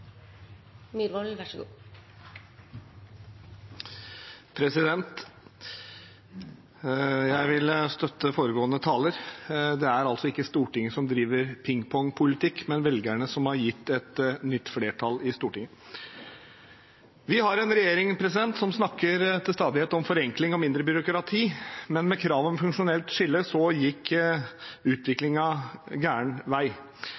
ikke Stortinget som driver pingpongpolitikk, men velgerne som har gitt et nytt flertall i Stortinget. Vi har en regjering som til stadighet snakker om forenkling og mindre byråkrati, men med kravet om funksjonelt skille gikk utviklingen gal vei.